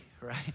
right